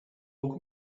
pouco